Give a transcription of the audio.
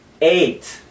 Eight